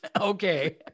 Okay